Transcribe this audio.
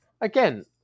again